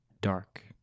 dark